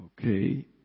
okay